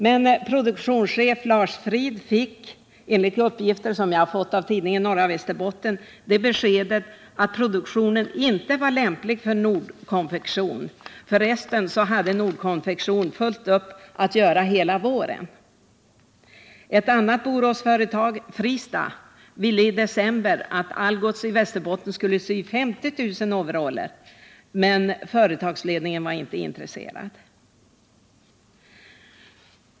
Men produktionschef Lars Fridh fick beskedet att produkten inte var lämplig för Nordkonfektion — för resten hade Nordkonfektion fullt upp att göra hela våren. Ett annat Boråsföretag, Fristad, ville i december att Algots i Västerbotten skulle sy 50000 overaller, men företagsledningen var inte intresserad.